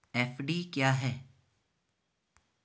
FD क्या है?